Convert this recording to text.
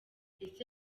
ese